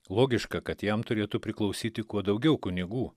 logiška kad jam turėtų priklausyti kuo daugiau kunigų